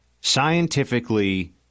scientifically